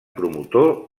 promotor